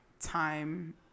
time